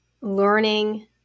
learning